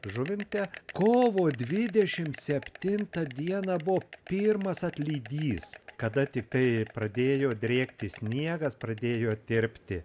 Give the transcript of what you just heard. žuvinte kovo dvidešim septintą dieną buvo pirmas atlydys kada tiktai pradėjo drėkti sniegas pradėjo tirpti